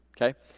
okay